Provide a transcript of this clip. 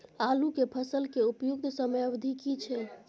आलू के फसल के उपयुक्त समयावधि की छै?